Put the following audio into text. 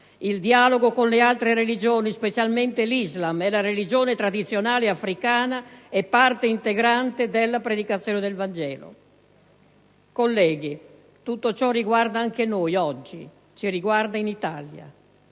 «Il dialogo con le altre religioni, specialmente l'Islam e la religione tradizionale africana, è parte integrante della predicazione del Vangelo». Colleghi, tutto ciò riguarda anche noi oggi in Italia.